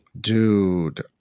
dude